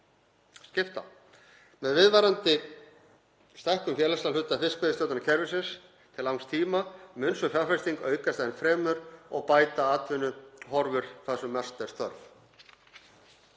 skipta. Með viðvarandi stækkun félagslega hluta fiskveiðistjórnarkerfisins til langs tíma mun sú fjárfesting aukast enn fremur og bæta atvinnuhorfur þar sem mest er þörf.